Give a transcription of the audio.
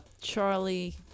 Charlie